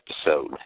episode